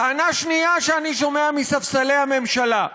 טענה שנייה שאני שומע מספסלי הממשלה: